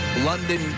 London